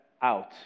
out